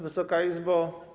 Wysoka Izbo!